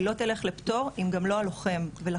היא לא תילך לפטור אם גם לא הלוחם ולכן